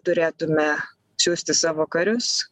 turėtume siųsti savo karius